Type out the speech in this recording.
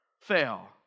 fail